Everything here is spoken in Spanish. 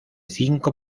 cinco